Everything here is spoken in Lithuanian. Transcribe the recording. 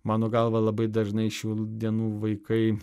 mano galva labai dažnai šių dienų vaikai